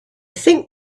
think